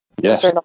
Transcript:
Yes